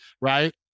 right